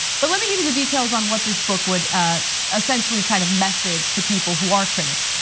but let me give you the details on what this book would essentially try to message to people who are critics.